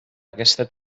aquesta